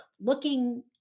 looking